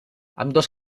ambdós